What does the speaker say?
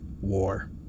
War